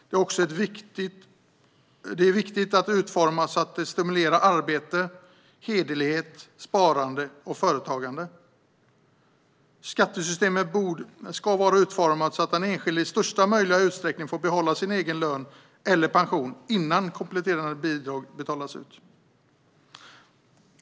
Det är också viktigt att det utformas så att det stimulerar arbete, hederlighet, sparande och företagande. Skattesystemet ska vara utformat så att den enskilde i största möjliga utsträckning får behålla sin egen lön eller pension innan kompletterande bidrag betalas ut.